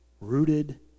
rooted